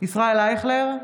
ישראל אייכלר,